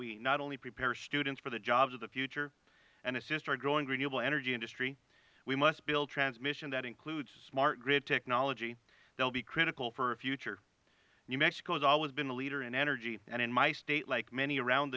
we not only prepare students for the jobs of the future and in a growing renewable energy industry we must build transmission that includes smart grid technology that will be critical for our future new mexico has always been the leader in energy and in my state like many around